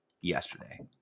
yesterday